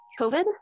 COVID